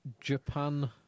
Japan